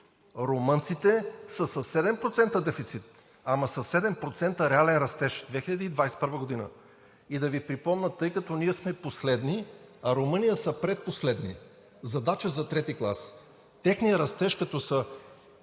румънците са със 7% дефицит, ама със 7% реален растеж за 2021 г. Да Ви припомня, тъй като ние сме последни, а Румъния са предпоследни – задача за трети клас, техният растеж, като са